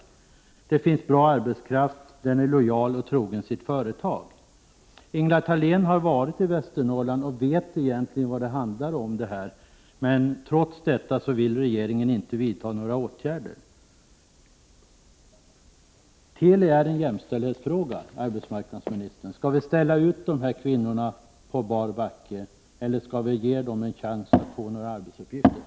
Vidare finns det en bra arbetskraft. Den är lojal och trogen sitt företag. Ingela Thalén har varit i Västernorrland och vet egentligen vad det handlar om, men trots detta vill regeringen inte vidta några åtgärder. Teli är en jämställdhetsfråga, arbetsmarknadsministern. Skall vi ställa de här kvinnorna på bar backe eller skall vi ge dem en chans att få arbetsuppgifter?